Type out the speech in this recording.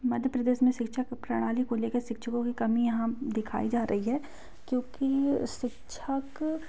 मध्य प्रदेश में शिक्षा के प्रणाली को लेके शिक्षकों की कमी यहाँ दिखाई जा रही है क्योंकि शिक्षक